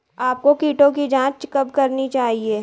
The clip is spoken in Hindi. आपको कीटों की जांच कब करनी चाहिए?